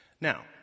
Now